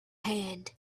hand